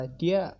dia